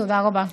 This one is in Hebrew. תודה רבה.